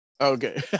Okay